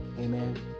amen